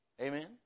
Amen